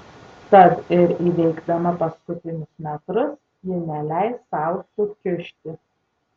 tad ir įveikdama paskutinius metrus ji neleis sau sukiužti